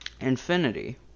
infinity